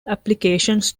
applications